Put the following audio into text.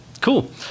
Cool